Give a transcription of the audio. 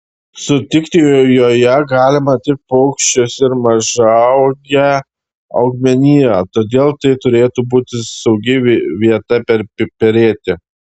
sutikti joje galima tik paukščius ir mažaūgę augmeniją todėl tai turėtų būti saugi vieta perėti